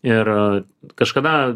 ir kažkada